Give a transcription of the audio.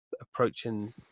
approaching